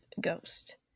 ghost